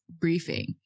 briefing